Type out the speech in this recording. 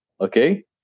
Okay